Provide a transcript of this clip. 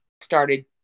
started